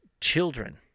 children